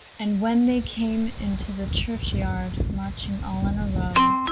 and when they came into the church-yard, marching all in a row,